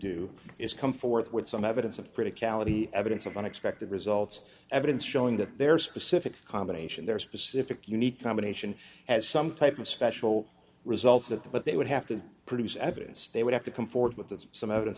do is come forth with some evidence of pretty calorie evidence of unexpected results evidence showing that their specific combination their specific unique combination has some type of special results of that but they would have to produce evidence they would have to come forward with that some evidence